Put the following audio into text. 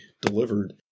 delivered